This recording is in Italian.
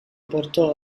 portò